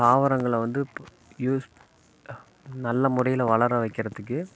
தாவரங்களை வந்து ப்ப யூஸ் நல்ல முறையில் வளர வைக்கிறதுக்கு